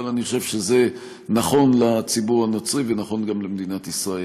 אבל אני חושב שזה נכון לציבור הנוצרי ונכון גם למדינת ישראל.